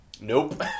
Nope